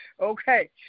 Okay